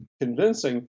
convincing